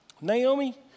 Naomi